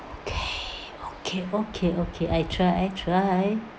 okay okay okay okay I try I try